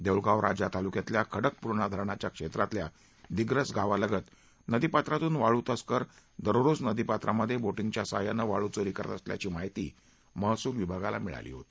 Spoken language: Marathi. देऊळगावराजा तालुक्यातल्या खडकपूर्णा धरणाच्या क्षेत्रातल्या दिग्रस गावालगत नदीपात्रातून वाळू तस्कर दररोज नदीपात्रामध्ये बोटिंगच्या सहाय्याने वाळुचोरी करत असल्याची माहिती महसूल विभागाला मिळाली होती